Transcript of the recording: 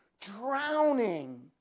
drowning